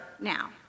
now